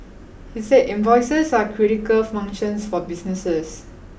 he said invoices are critical functions for businesses